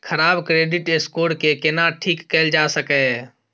खराब credit score के केना ठीक कैल जा सकै ये?